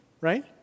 right